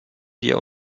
wir